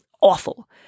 awful